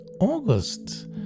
August